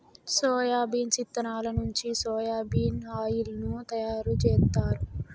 soybeans ఇత్తనాల నుంచి soya bean oil ను తయారు జేత్తారు